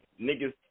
niggas